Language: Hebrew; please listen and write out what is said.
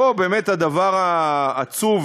פה באמת הדבר העצוב,